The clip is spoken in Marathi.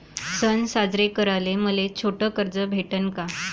सन साजरे कराले मले छोट कर्ज भेटन का?